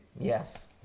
Yes